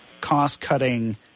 cost-cutting